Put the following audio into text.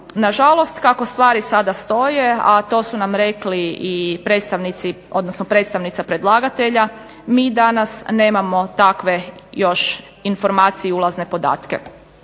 Na žalost kako stvari sada stoje, to su nam rekli i predstavnica predlagatelja mi danas još nemamo takve informacije i ulazne podatke.